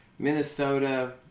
Minnesota